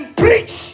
preach